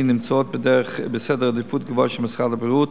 נמצאת במקום גבוה בסדר העדיפויות של משרד הבריאות,